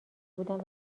بودن